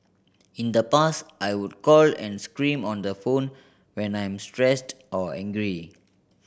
in the past I would call and scream on the phone when I'm stressed or angry